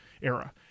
era